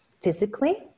physically